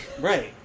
Right